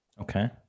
Okay